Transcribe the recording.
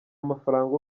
amafaranga